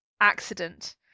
accident